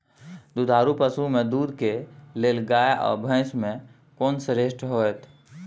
दुधारू पसु में दूध के लेल गाय आ भैंस में कोन श्रेष्ठ होयत?